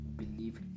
believe